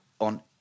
on